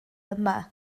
yma